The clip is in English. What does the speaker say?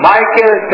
Michael